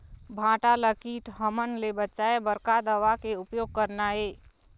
भांटा ला कीट हमन ले बचाए बर का दवा के उपयोग करना ये?